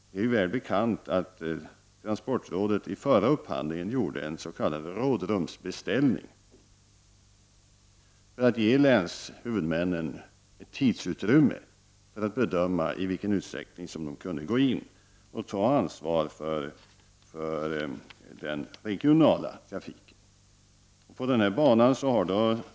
Det är väl bekant att transportrådet i förra upphandlingen gjorde en s.k. rådrumsbeställning, för att ge länshuvudmännen tidsutrymme att bedöma i vilken utsträckning de kunde ta ansvar för den regionala trafiken.